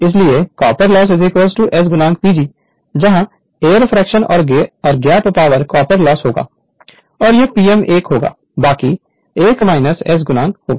इसलिए copper loss S PG जहां air friction और गैप पावर कॉपर लॉस होगा और यह Pm 1 होगा बाकी 1 S होगा